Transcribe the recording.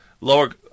lower